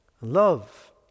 love